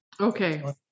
Okay